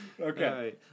Okay